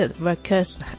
workers